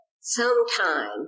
sometime